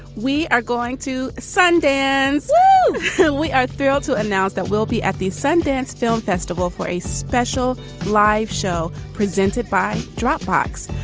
we are going to sundance we are thrilled to announce that we'll be at the sundance film festival for a special live show presented by dropbox.